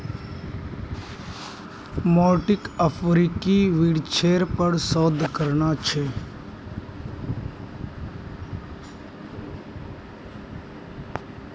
मोंटीक अफ्रीकी वृक्षेर पर शोध करना छ